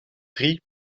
drie